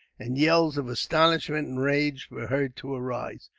and yells of astonishment and rage were heard to arise.